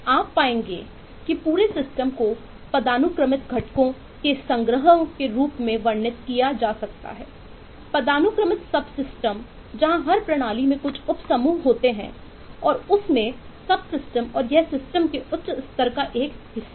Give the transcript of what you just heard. आप पाएंगे कि पूरे सिस्टम के उच्च स्तर का एक हिस्सा है